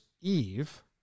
Eve